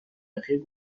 بخیر